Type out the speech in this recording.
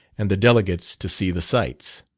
and the delegates to see the sights.